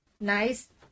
nice